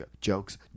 jokes